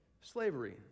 Slavery